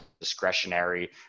discretionary